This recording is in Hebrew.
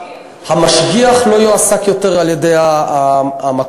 המשגיח לא יועסק יותר על-ידי המקום.